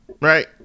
right